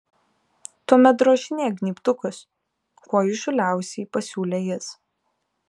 tuomet drožinėk gnybtukus kuo įžūliausiai pasiūlė jis